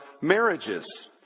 marriages